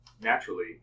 naturally